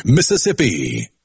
Mississippi